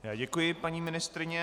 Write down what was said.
Já děkuji, paní ministryně.